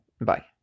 Bye